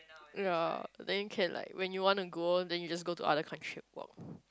ya then you can like when you want to go then you just go to other country and work